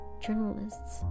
journalists